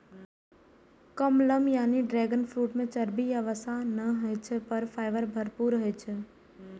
कमलम यानी dragon fruit मे चर्बी या वसा नै होइ छै, पर फाइबर भरपूर होइ छै